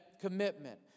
Commitment